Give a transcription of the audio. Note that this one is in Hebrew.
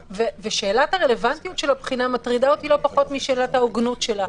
ושאלת הרלוונטיות של הבחינה מטרידה אותי לא פחות משאלת ההוגנות שלה,